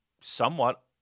somewhat